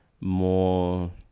more